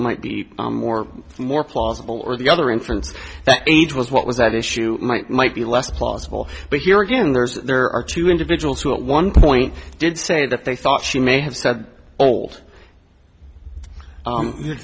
might be more more plausible or the other inference that age was what was at issue might might be less plausible but here again there's there are two individuals who at one point did say that they thought she may have said old